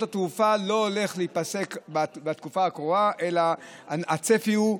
התעופה לא הולך להיפסק בתקופה הקרובה אלא הצפי הוא,